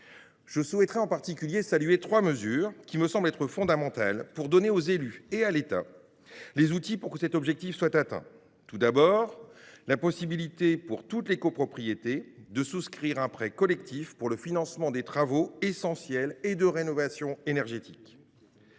Je souhaite saluer trois mesures introduites, qui me semblent être fondamentales pour donner aux élus et à l’État les outils pour atteindre cet objectif. Tout d’abord, la possibilité pour toutes les copropriétés de souscrire un prêt collectif pour le financement de travaux essentiels et de rénovation énergétique.